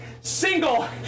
Single